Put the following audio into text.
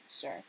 Sure